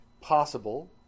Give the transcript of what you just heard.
possible